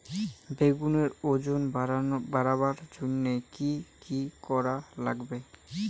বেগুনের ওজন বাড়াবার জইন্যে কি কি করা লাগবে?